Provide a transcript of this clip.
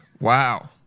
Wow